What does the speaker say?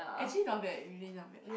actually not bad really not bad